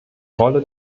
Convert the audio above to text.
rolle